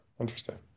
Interesting